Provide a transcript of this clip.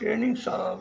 training साफ